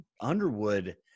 Underwood –